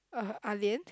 uh Ah Lian